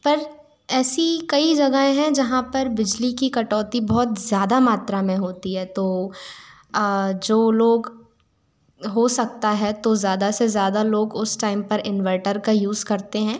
पर ऐसी कई जगह हैं जहाँ पर बिजली की कटौती बहुत ज़्यादा मात्रा में होती है तो जो लोग हो सकता है तो ज़्यादा से ज़्यादा लोग उस टाइम पर इनवर्टर का यूज़ करते हैं